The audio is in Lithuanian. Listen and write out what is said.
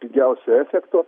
pigiausio efekto